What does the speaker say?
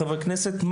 לחברי הכנסת,